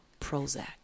Prozac